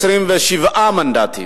27 מנדטים.